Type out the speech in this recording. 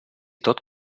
tot